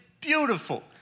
beautiful